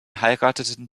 heirateten